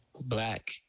Black